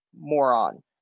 moron